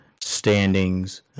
standings